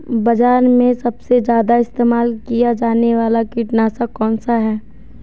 बाज़ार में सबसे ज़्यादा इस्तेमाल किया जाने वाला कीटनाशक कौनसा है?